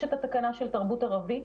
יש את התקנה של תרבות ערבית